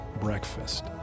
breakfast